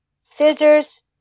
scissors